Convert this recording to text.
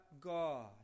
God